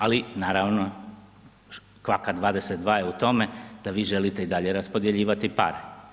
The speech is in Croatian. Ali naravno kvaka 22 je u tome da vi želite i dalje raspodjeljivati pare.